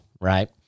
right